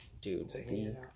Dude